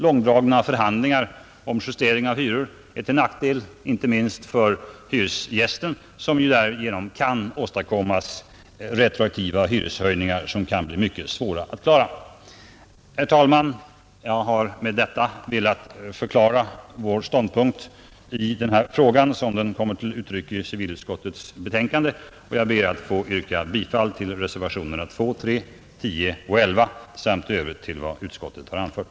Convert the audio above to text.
Långdragna förhandlingar om justeringar av hyror är till nackdel inte minst för hyresgästen som därigenom kan åsamkas retroaktiva hyreshöjningar som kan vara svåra att klara. Herr talman! Jag har med detta velat förklara vår ståndpunkt i denna fråga som den kommer till uttryck i civilutskottets betänkande, och jag ber att få yrka bifall till reservationerna 2, 3 a, 10 och 11 samt i övrigt till vad utskottet hemställt.